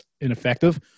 ineffective